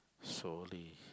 sorry